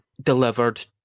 delivered